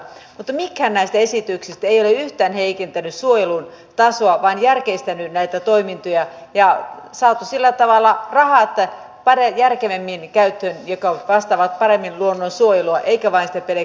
mutta mikään näistä esityksistä ei ole yhtään heikentänyt suojelun tasoa vaan järkeistänyt näitä toimintoja ja on saatu sillä tavalla rahat järkevämmin käyttöön mikä vastaa paremmin luonnonsuojelua eikä vain sitä pelkkää byrokratiaa